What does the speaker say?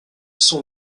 sont